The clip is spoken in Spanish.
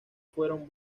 fueron